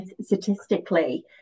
statistically